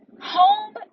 Home